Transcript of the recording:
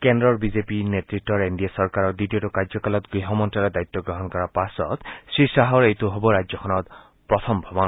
কেন্দ্ৰৰ বিজেপি নেত়ত্বৰ এনডিএ চৰকাৰৰ দ্বিতীয়টো কাৰ্যকালত গৃহ মন্ত্ৰালয়ৰ দায়িত্ব গ্ৰহণ কৰাৰ পাছত শ্ৰীশ্বাহৰ এইটো হ'ব ৰাজ্যখনত প্ৰথম ভ্ৰমণ